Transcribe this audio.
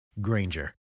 Granger